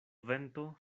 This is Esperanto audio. vento